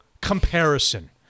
comparison